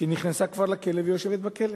שכבר נכנסה לכלא, ויושבת בכלא.